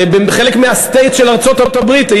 חלק מה-States של ארצות-הברית,